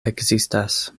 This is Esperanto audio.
ekzistas